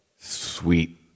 Sweet